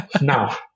Now